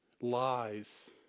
lies